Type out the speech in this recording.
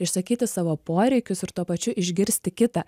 išsakyti savo poreikius ir tuo pačiu išgirsti kitą